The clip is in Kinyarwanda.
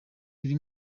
uri